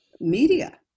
media